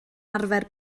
arfer